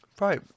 Right